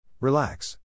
Relax